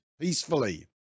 peacefully